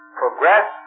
progress